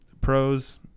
Pros